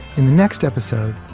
in the next episode,